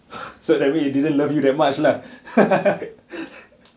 so that means it didn't love you that much lah